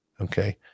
okay